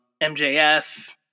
MJF